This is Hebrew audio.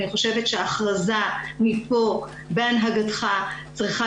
אני חושבת שההכרזה מפה בהנהגתך צריכה